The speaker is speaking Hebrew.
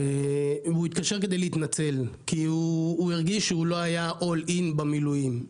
הוא התקשר כדי להתנצל כי הוא הרגיש שהוא לא היה כל כולו במילואים,